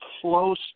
close